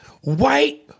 White